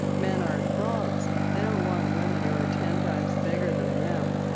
men aren't frogs. they don't want women who are ten times bigger than them.